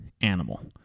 Animal